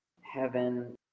heaven